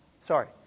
Sorry